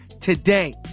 today